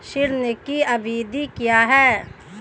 ऋण की अवधि क्या है?